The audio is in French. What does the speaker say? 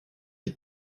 est